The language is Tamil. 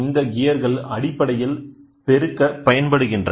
இந்த கியர்கள் அடிப்படையில் பெருக்க பயன்படுத்தப்படுகின்றன